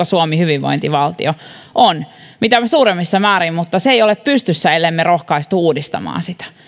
suomi hyvinvointivaltio on mitä suurimmissa määrin mutta se ei ole pystyssä ellemme rohkaistu uudistamaan sitä